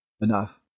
enough